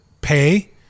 pay